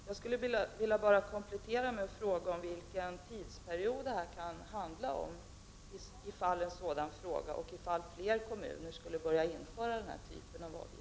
Jag skulle vilja ställa en kompletterande fråga om vilken tidsperiod detta kan handla om ifall fler kommuner börjar införa denna typ av avgifter.